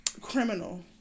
criminal